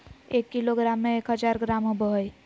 एक किलोग्राम में एक हजार ग्राम होबो हइ